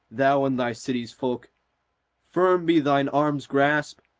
thou and thy city's folk firm be thine arm's grasp,